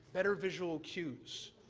better visual queues,